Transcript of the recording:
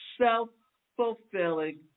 self-fulfilling